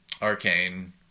Arcane